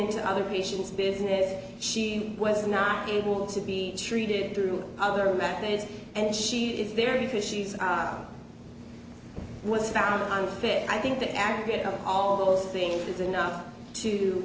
into other patients business she was not able to be treated through other methods and she is there because she's was found on the fifth i think the aggregate of all of those things is enough to